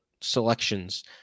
selections